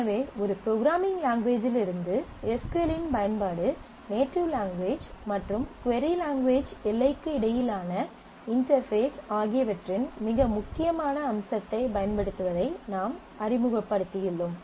எனவே ஒரு ப்ரோக்ராம்மிங் லாங்குவேஜிலிருந்து எஸ் க்யூ எல் இன் பயன்பாடு நேட்டிவ் லாங்குவேஜ் மற்றும் கொரி லாங்குவேஜ் எல்லைக்கு இடையிலான இன்டெர்பேஸ் ஆகியவற்றின் மிக முக்கியமான அம்சத்தைப் பயன்படுத்துவதை நாம் அறிமுகப்படுத்தியுள்ளோம்